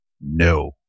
no